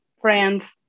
friends